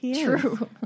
true